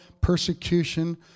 persecution